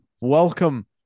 welcome